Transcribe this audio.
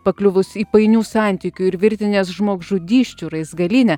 pakliuvus į painių santykių ir virtinės žmogžudysčių raizgalynę